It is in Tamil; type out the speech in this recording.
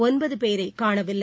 ஒன்பது பேரை காணவில்லை